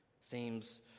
seems